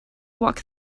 walk